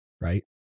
right